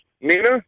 Nina